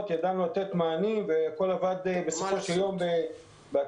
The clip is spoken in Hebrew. ידענו לתת מענים והכול עבד בסופו של יום בהצלחה.